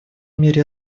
мере